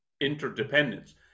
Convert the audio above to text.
interdependence